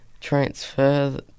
Transfer